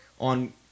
on